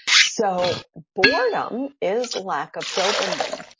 so boredom is lack of dopamine.